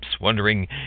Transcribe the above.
wondering